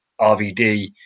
RVD